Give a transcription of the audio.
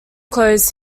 clothes